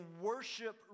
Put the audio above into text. worship